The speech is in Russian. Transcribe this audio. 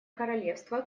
королевство